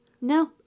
No